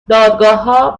دادگاهها